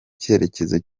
cyerekezo